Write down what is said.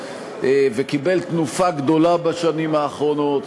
והוא קיבל תנופה גדולה בשנים האחרונות.